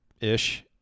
ish